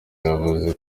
yavuze